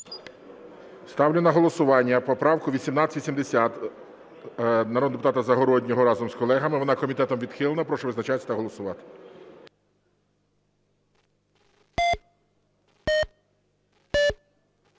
Ставлю на голосування поправку 1870 народного депутата Загороднього разом з колегами. Вона комітетом відхилена. Прошу визначатися та голосувати.